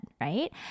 right